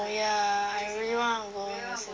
oh ya I really wanna go